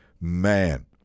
man